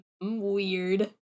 weird